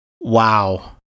wow